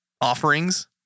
offerings